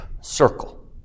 circle